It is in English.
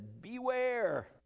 Beware